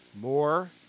More